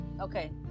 okay